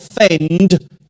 offend